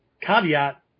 caveat